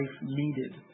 needed